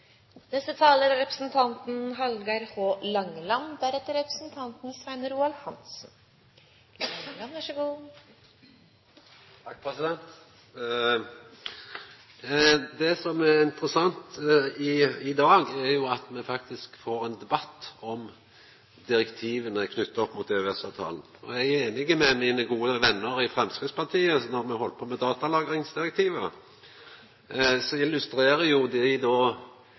Det som er interessant i dag, er jo at me faktisk får ein debatt om direktiva knytte til EØS-avtalen. Eg er einig med mine gode venner i Framstegspartiet i at me no, som då me heldt på med datalagringsdirektivet, illustrerer det dilemmaet. Det er klart at viss dei